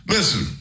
Listen